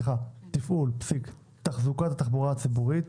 סליחה, תפעול, פסיק, תחזוקת התחבורה הציבורית,